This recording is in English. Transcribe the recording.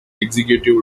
executive